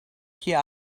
here